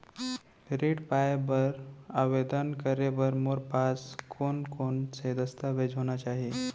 ऋण पाय बर आवेदन करे बर मोर पास कोन कोन से दस्तावेज होना चाही?